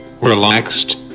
relaxed